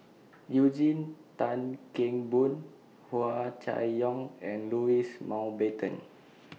Eugene Tan Kheng Boon Hua Chai Yong and Louis Mountbatten